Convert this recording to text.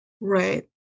Right